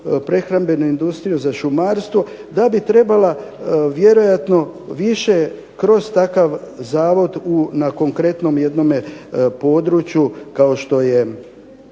prehrambenu industriju, šumarstvo da bi trebala vjerojatno više kroz takav zavod na konkretnom jednome području kao što je